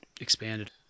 expanded